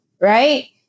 right